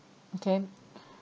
okay